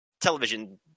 television